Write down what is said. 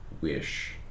wish